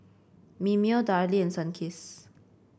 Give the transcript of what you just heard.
Mimeo Darlie and Sunkist